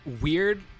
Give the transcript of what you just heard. weird